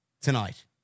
tonight